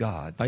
God